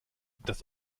das